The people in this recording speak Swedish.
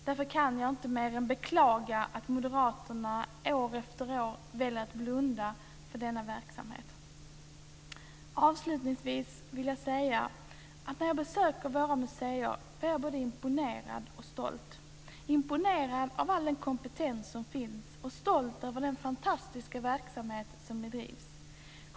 Därför kan jag inte mer än beklaga att moderaterna år efter år väljer att blunda för denna verksamhet. Avslutningsvis vill jag säga att jag, när jag besöker våra museer, blir både imponerad och stolt, imponerad av all den kompetens som finns och stolt över den fantastiska verksamhet som bedrivs.